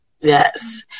Yes